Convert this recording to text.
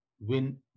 win